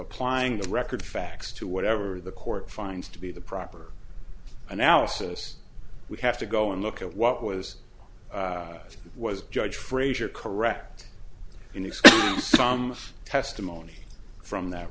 applying the record facts to whatever the court finds to be the proper analysis we have to go and look at what was it was judge frazier correct in his testimony from that